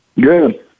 Good